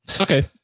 Okay